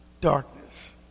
darkness